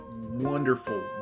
wonderful